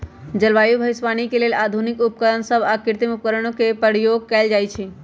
जलवायु भविष्यवाणी के लेल आधुनिक उपकरण सभ आऽ कृत्रिम उपग्रहों के प्रयोग कएल जाइ छइ